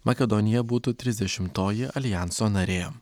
makedonija būtų trisdešimtoji aljanso narė